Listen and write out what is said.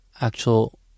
actual